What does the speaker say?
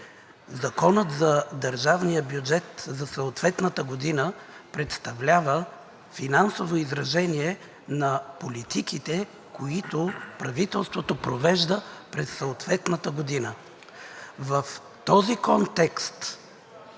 Законът за държавния бюджет за съответната година представлява финансово изражение на политиките, които правителството провежда през съответната година. В този контекст